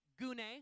gune